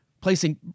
placing